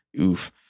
oof